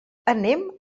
anem